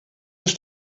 ist